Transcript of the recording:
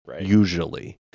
Usually